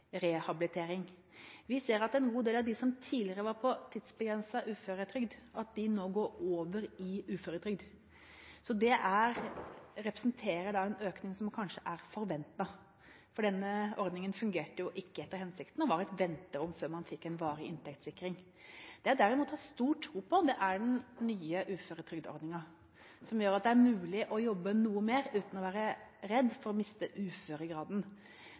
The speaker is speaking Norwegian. rehabilitering. Vi ser at en god del av dem som tidligere var på tidsbegrenset uføretrygd, nå går over i uføretrygd. Det representerer en økning som kanskje er forventet, for denne ordningen fungerte ikke etter hensikten og var et venterom før man fikk en varig inntektssikring. Det jeg derimot har stor tro på, er den nye uføretrygdordningen som gjør at det er mulig å jobbe noe mer uten at en skal være redd for å miste